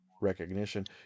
recognition